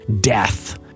death